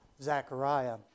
Zechariah